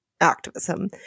activism